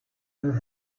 her